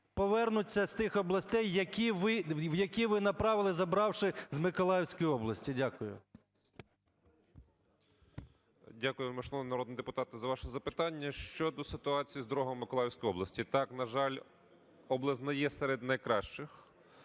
повернуться з тих областей, в які ви направили, забравши з Миколаївської області? Дякую. 11:14:04 ОМЕЛЯН В.В. Дякую, вельмишановний народний депутат, за ваше запитання. Щодо ситуації з дорогами в Миколаївській області. Так, на жаль, область не є серед найкращих.